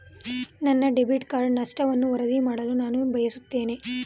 ನನ್ನ debit card ನಷ್ಟವನ್ನು ವರದಿ ಮಾಡಲು ನಾನು ಬಯಸುತ್ತೇನೆ